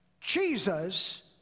Jesus